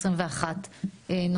זה מה שכולנו יודעים.